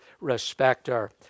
respecter